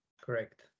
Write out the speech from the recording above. Correct